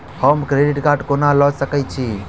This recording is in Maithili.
हम क्रेडिट कार्ड कोना लऽ सकै छी?